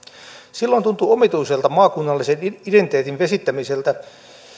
silloin tuntui omituiselta maakunnallisen identiteetin vesittämiseltä